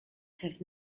have